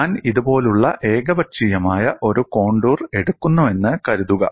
ഞാൻ ഇതുപോലുള്ള ഏകപക്ഷീയമായ ഒരു കോണ്ടൂർ എടുക്കുന്നുവെന്ന് കരുതുക